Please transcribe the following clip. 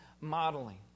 modeling